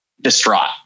distraught